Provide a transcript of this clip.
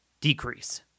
decrease